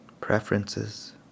preferences